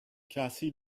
cassie